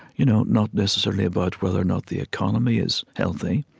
you know not necessarily about whether or not the economy is healthy,